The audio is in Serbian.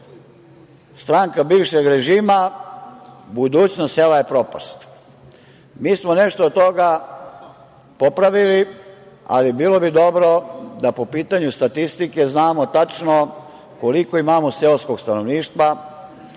stranka bivšeg režima, budućnost sela je propast. Mi nešto od toga popravili, ali bilo bi dobro da po pitanju statistike znamo tačno koliko imamo seoskog stanovništva,